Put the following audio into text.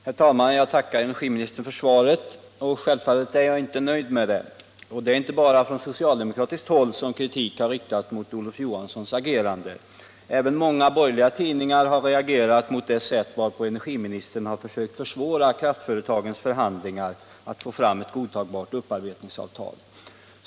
Herr talman! Jag tackar industriministern för svaret. Självfallet är jag inte nöjd med det. Och det är inte bara från socialdemokratiskt håll som kritik har riktats mot Olof Johanssons agerande. Även många borgerliga tidningar har reagerat mot det sätt varpå energiministern har försökt försvåra kraftföretagens förhandlingar om ett godtagbart upparbetningsavtal.